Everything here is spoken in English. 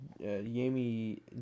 Jamie